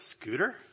scooter